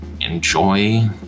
enjoy